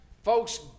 Folks